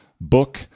book